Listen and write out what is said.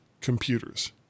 computers